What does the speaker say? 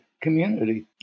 community